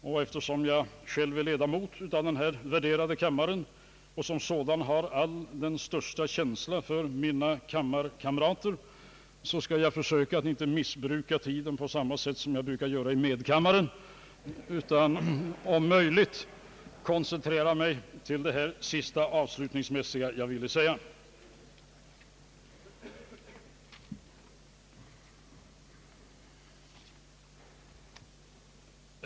Men eftersom jag själv är ledamot av denna kammare och som sådan bar den största känsla för mina kammarkamrater, skall jag försöka att inte missbruka mitt löfte på samma sätt som jag brukar göra i medkammaren, utan så långt möjligt koncentrera det jag nu avslutningsvis ville säga.